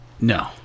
No